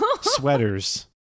Sweaters